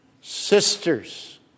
sisters